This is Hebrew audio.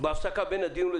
בהפסקה בין הדיונים,